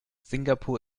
singapur